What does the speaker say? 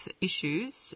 issues